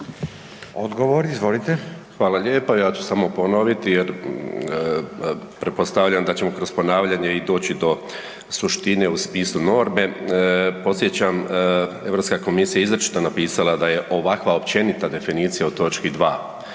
Zdravko** Hvala lijepo. Ja ću samo ponoviti jer pretpostavljam da ćemo kroz ponavljanje i doći do suštine u smislu norme. Podsjećam, Europska komisija je izričito napisala da je ovakva općenita definicija o točki 2.